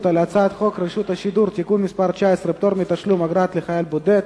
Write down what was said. על הצעת חוק רשות השידור (תיקון מס' 19) (פטור מתשלום אגרה לחייל בודד),